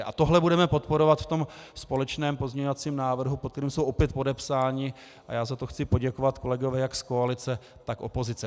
A tohle budeme podporovat ve společném pozměňovacím návrhu, pod kterým jsou opět podepsáni, a já za to chci poděkovat, kolegové jak z koalice, tak opozice.